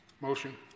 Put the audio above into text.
Motion